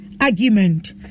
argument